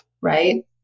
right